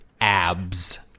abs